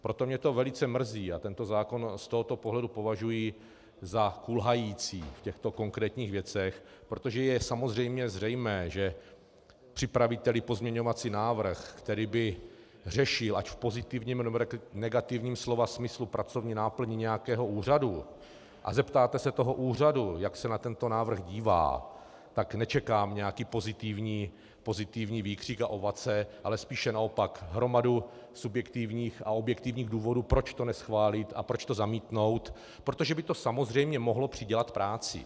Proto mě to velice mrzí a tento zákon z tohoto pohledu považuji za kulhající v těchto konkrétních věcech, protože je samozřejmě zřejmé, že připravíteli pozměňovací návrh, který by řešil ať v pozitivním, nebo negativním slova smyslu pracovní náplň nějakého úřadu, a zeptáte se toho úřadu, jak se na tento návrh dívá, tak nečekám nějaký pozitivní výkřik a ovace, ale spíše naopak hromadu subjektivních a objektivních důvodů, proč to neschválit a proč to zamítnout, protože by to samozřejmě mohlo přidělat práci.